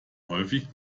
häufig